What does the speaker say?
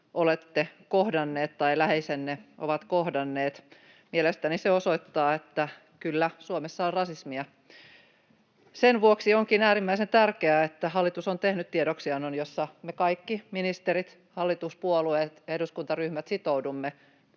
olette kohdanneet tai läheisenne ovat kohdanneet. Mielestäni se osoittaa, että kyllä Suomessa on rasismia. Sen vuoksi onkin äärimmäisen tärkeää, että hallitus on tehnyt tiedoksiannon, jossa me kaikki ministerit, hallituspuolueet ja eduskuntaryhmät sitoudumme